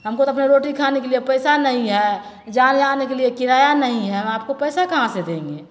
हमको तो अपने रोटी खाने के लिए पैसा नहीं है जाने आने के लिए किराया नहीं है हम आपको पैसा कहाँ से देंगे